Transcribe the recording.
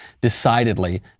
decidedly